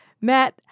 Matt